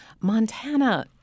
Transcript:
Montana